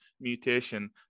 mutation